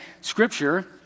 Scripture